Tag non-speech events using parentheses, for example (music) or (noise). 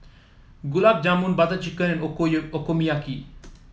Gulab Jamun Butter Chicken (unintelligible) Okonomiyaki